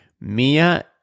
Mia